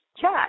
chat